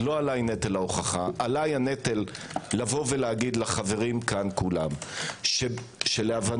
עליי הנטל לומר לחברים כאן כולם שלהבנתנו